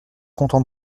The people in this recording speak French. content